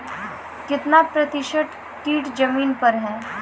कितना प्रतिसत कीट जमीन पर हैं?